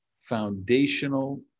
foundational